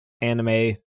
anime